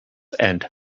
and